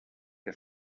que